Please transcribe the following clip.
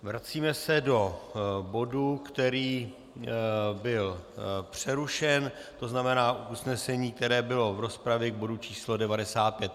Vracíme se do bodu, který byl přerušen, to znamená usnesení, které bylo v rozpravě k bodu číslo 95.